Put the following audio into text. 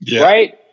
right